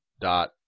dot